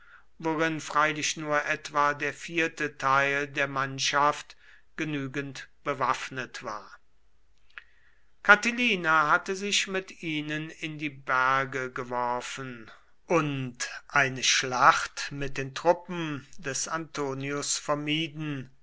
worin freilich nur etwa der vierte teil der mannschaft genügend bewaffnet war catilina hatte sich mit ihnen in die berge geworfen und ein schlacht mit den truppen des antonius vermieden